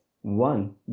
one